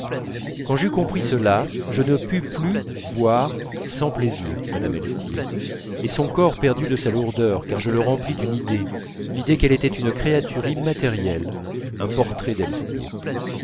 quand j'eus compris cela je ne pus plus voir sans plaisir mme elstir et son corps perdit de sa lourdeur car je le remplis d'une idée l'idée qu'elle était une créature immatérielle un portrait